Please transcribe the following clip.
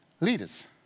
leaders